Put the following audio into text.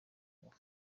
nguvu